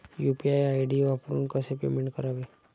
UPI ID वापरून कसे payment करावे?